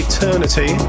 Eternity